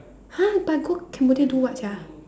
!huh! but go Cambodia do what sia